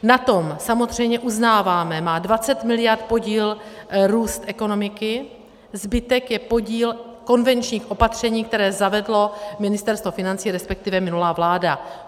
Na tom samozřejmě, uznáváme, má 20 mld. podíl růst ekonomiky, zbytek je podíl konvenčních opatření, která zavedlo Ministerstvo financí, resp. minulá vláda.